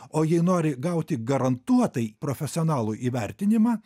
o jei nori gauti garantuotai profesionalų įvertinimą